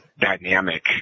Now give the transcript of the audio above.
dynamic